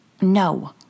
No